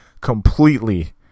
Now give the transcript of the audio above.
completely